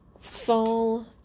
fall